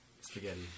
Spaghetti